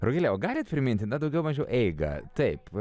rugile o galit priminti na daugiau mažiau eigą taip